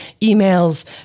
emails